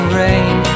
rain